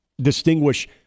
distinguish –